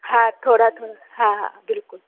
हा थोड़ा थोड़ा हा हा बिल्कुलु